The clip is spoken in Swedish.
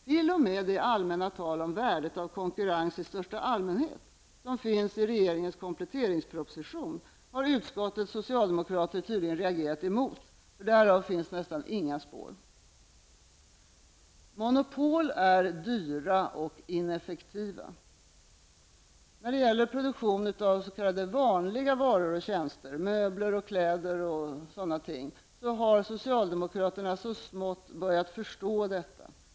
T.o.m. det allmänna tal om värdet av konkurrens i största allmänhet som finns i regeringens kompletteringsproposition har utskottets socialdemokrater tydligen reagerat emot, för därav finns nästan inga spår. Monopol är dyra och ineffektiva. När det gäller produktion av s.k. vanliga varor och tjänster -- möbler, kläder och sådana ting -- har socialdemokraterna så smått börjat förstå detta.